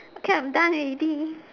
okay I'm done already